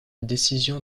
décision